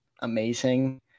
amazing